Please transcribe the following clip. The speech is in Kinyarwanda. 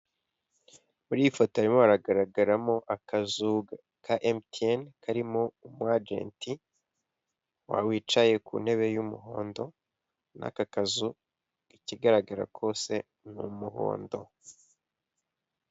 Muri iyi foto harimo hagaragaramo akazu ka MTN karimo umu agent wicaye ku ntebe y'umuhondo, aka kazu ikigaragara kose ni umuhondo.